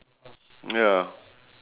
ya